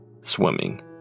Swimming